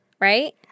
right